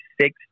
six